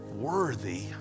worthy